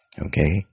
Okay